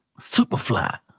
Superfly